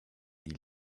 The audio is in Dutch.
die